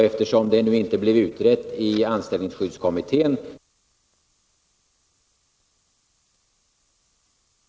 Eftersom detta nu inte blev utrett i anställningsskyddskommittén, så får vi ta upp den frågan i annat sammanhang.